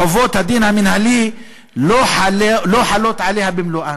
חובות הדין המינהלי לא חלות עליה במלואן".